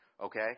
okay